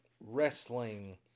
wrestling